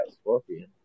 Scorpion